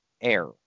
air